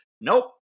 nope